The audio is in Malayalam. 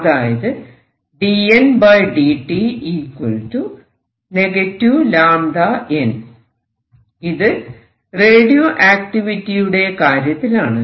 അതായത് ഇത് റേഡിയോആക്റ്റിവിറ്റിയുടെ കാര്യത്തിലാണ്